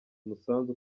umusanzu